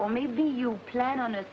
or maybe you plan on